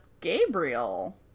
Gabriel